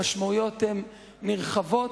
המשמעויות הן נרחבות,